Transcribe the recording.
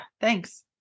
Thanks